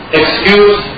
excuse